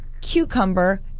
cucumber